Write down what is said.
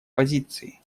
позиции